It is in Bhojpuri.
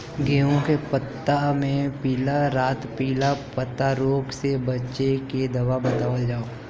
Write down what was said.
गेहूँ के पता मे पिला रातपिला पतारोग से बचें के दवा बतावल जाव?